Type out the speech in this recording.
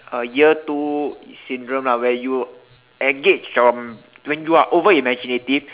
a year two syndrome lah where you engage your when you are over imaginative